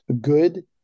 good